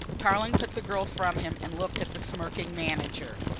tarling put the girl from him and looked at the smirking manager.